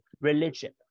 religion